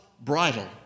bridle